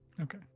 okay